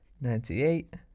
Ninety-eight